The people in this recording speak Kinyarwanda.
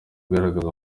ugaragaza